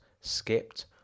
skipped